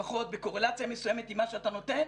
לפחות בקורלציה מסוימת עם מה שאתה נותן,